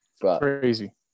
crazy